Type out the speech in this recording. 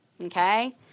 okay